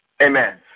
Amen